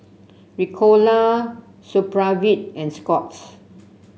Ricola Supravit and Scott's